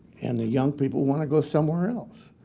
and the young people want to go somewhere else.